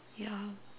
ya